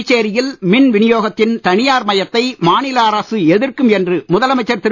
புதுச்சேரியில் மின் வினியோகத்தின் தனியார் மயத்தை மாநில அரசு எதிர்க்கும் என்று முதலமைச்சர் திரு